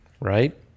right